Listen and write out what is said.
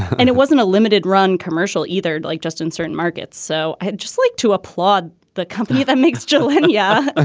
and it wasn't a limited run commercial either, like just in certain markets. so i'd just like to applaud the company that makes johanna. yeah.